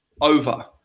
over